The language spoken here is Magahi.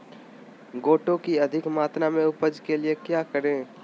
गोटो की अधिक मात्रा में उपज के लिए क्या करें?